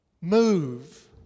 Move